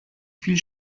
viel